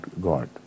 God